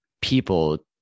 people